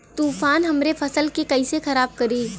तूफान हमरे फसल के कइसे खराब करी?